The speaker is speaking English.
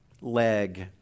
leg